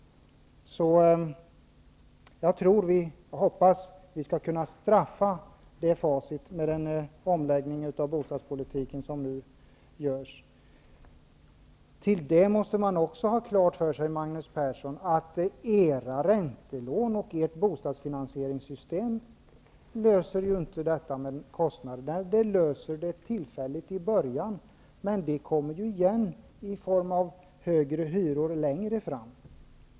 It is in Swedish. Jag hoppas att vi skall kunna straffa detta facit med den omläggning av bostadspolitiken som nu görs. Till det måste man också ha klart för sig, Magnus Persson, att era räntelån och ert bostadsfinansieringssystem inte löser problemet med kostnaderna. Det blir en tillfällig lösning i början, men problemet kommer igen i form av högre hyror längre fram.